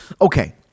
Okay